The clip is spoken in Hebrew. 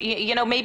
נועם,